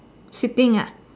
sitting ah